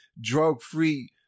drug-free